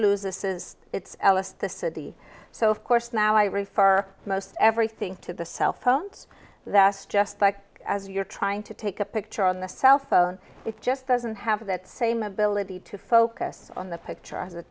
loses its ls the city so of course now i refer most everything to the cell phones that's just like as you're trying to take a picture on the cellphone it just doesn't have that same ability to focus on the picture